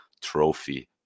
trophy